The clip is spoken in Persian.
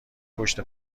پشت